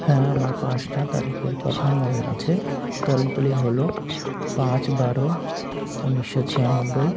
হ্যাঁ আমার পাঁচটা তারিখের কথা মনে আছে তারিখগুলি হলো পাঁচ বারো উনিশশো ছিয়ানব্বই